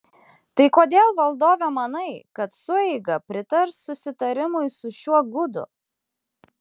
tai kodėl valdove manai kad sueiga pritars susitarimui su šiuo gudu